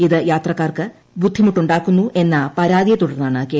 ഇത് യാത്രക്കാർക്ക് ബുദ്ധിമുട്ടുണ്ടാക്കുന്നെന്ന പരാതിയെ തുടർന്നാണ് കെ